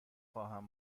خواهم